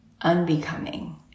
unbecoming